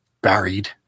buried